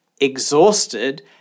exhausted